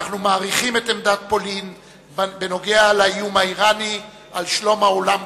אנו מעריכים את עמדתה של פולין בנושא האיום האירני על שלום העולם.